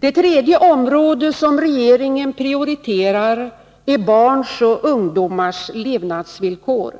Det tredje område som regeringen prioriterar är barns och ungdomars levnadsvillkor.